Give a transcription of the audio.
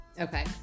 Okay